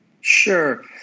Sure